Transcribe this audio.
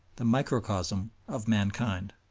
the microcosm of mankind.